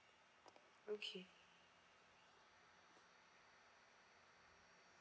okay